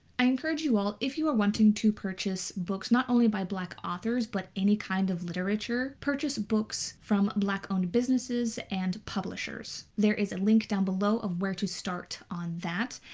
i encourage you all if you are wanting to purchase books not only by black authors but any kind of literature, purchase books from black owned businesses and publishers. there is a link down below of where to start on that.